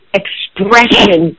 expression